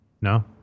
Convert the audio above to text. No